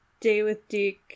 daywithdeek